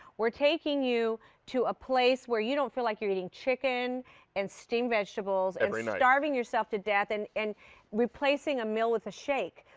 we're taking you to a place where you don't feel like you're eating chicken and steamed vegetables. every night. and starving yourself to death and and replacing a meal with a shake.